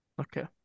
Okay